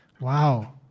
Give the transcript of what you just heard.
Wow